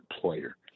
player